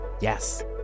Yes